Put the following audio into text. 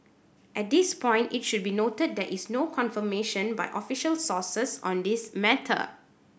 at this point it should be noted that is no confirmation by official sources on this matter